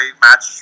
match